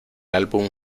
álbum